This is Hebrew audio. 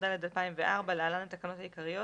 התשס"ד-2004 (להלן התקנות העיקריות)